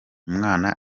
umwana